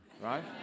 right